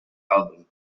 album